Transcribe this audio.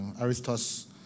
Aristos